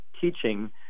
teaching